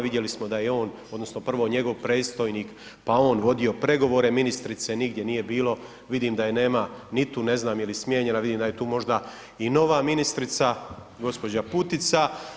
Vidjeli smo da je on, odnosno prvo njegov predstojnik pa on vodio pregovore, ministrice nigdje nije bilo, vidim da je nema ni tu, ne znam je li smijenjena, vidim da je tu možda i nova ministrica, gđa. Putica.